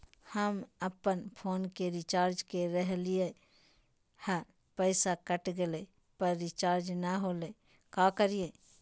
हम अपन फोन के रिचार्ज के रहलिय हल, पैसा कट गेलई, पर रिचार्ज नई होलई, का करियई?